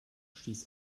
stieß